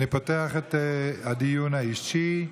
אני פותח את הדיון האישי.